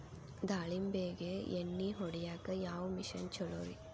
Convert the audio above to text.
ದಾಳಿಂಬಿಗೆ ಎಣ್ಣಿ ಹೊಡಿಯಾಕ ಯಾವ ಮಿಷನ್ ಛಲೋರಿ?